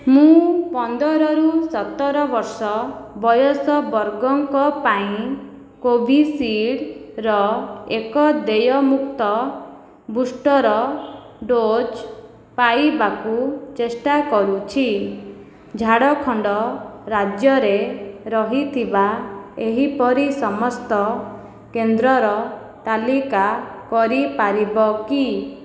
ମୁଁ ପନ୍ଦରରୁ ସତର ବର୍ଷ ବୟସ ବର୍ଗଙ୍କ ପାଇଁ କୋଭିଶିଲ୍ଡ଼ର ଏକ ଦେୟମୁକ୍ତ ବୁଷ୍ଟର୍ ଡୋଜ୍ ପାଇବାକୁ ଚେଷ୍ଟା କରୁଛି ଝାଡ଼ଖଣ୍ଡ ରାଜ୍ୟରେ ରହିଥିବା ଏହିପରି ସମସ୍ତ କେନ୍ଦ୍ରର ତାଲିକା କରିପାରିବ କି